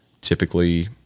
typically